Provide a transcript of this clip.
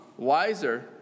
wiser